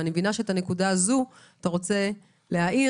אני מבינה שאת הנקודה הזו אתה רוצה להעיר